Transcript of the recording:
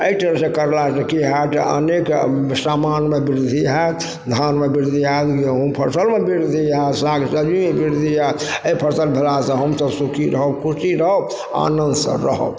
अइ तरहसँ करलासँ की हैत अनेक सामानमे वृद्धि हैत धानमे वृद्धि हैत गेहूँ फसलमे वृद्धि हैत साग सब्जीमे वृद्धि हैत अइ फसल भेलासँ हमसब सुखी रहब खुशी रहब आनन्दसँ रहब